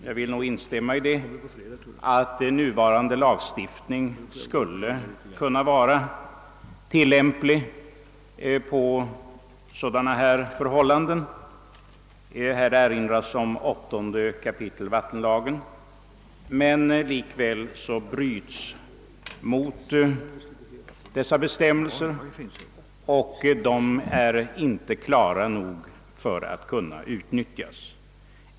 Jag vill nog instämma i påståendet att nuvarande lagstiftning skulle kunna vara tillämplig på sådana här förhållanden. Här erinras om 8 kap. vattenlagen. Likväl bryts mot dessa bestämmelser, de är inte klara nog för att kunna utnyttjas.